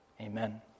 Amen